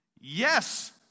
Yes